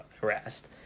harassed